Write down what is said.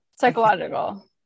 Psychological